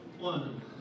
One